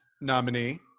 nominee